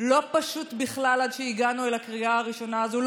לא פשוט בכלל עד שהגענו לקריאה ראשונה הזו.